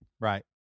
Right